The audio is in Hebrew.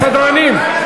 סדרנים.